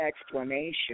explanation